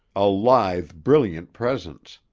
a lithe, brilliant presence,